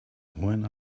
when